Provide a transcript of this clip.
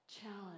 challenge